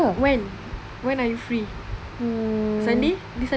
when are you free sunday this sunday